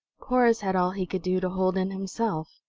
corrus had all he could do to hold in himself.